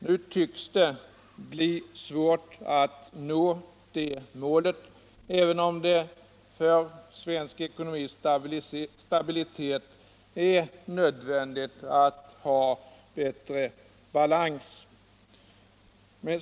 Nu tycks det bli svårt utt nå det målet även om det för svensk ekonomis stabilitet är nödvändigt att ha en bättre balans.